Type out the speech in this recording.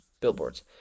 billboards